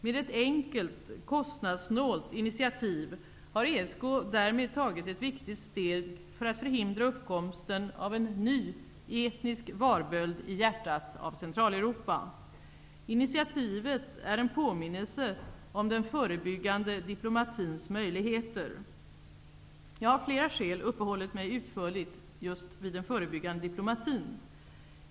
Med ett enkelt, kostnadssnålt initiativ har ESK därmed tagit ett viktigt steg för att förhindra uppkomsten av en ny etnisk varböld i hjärtat av Centraleuropa. Initiativet är en påminnelse om den förebyggande diplomatins möjligheter. Jag har av flera skäl uppehållit mig utförligt just vid den förebyggande diplomatin.